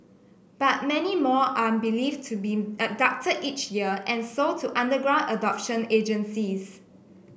but many more are believed to be abducted each year and sold to underground adoption agencies